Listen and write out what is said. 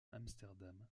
amsterdam